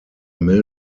mill